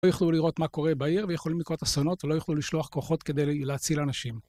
לא יוכלו לראות מה קורה בעיר ויכולים לקרות אסונות ולא יוכלו לשלוח כוחות כדי להציל אנשים.